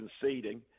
conceding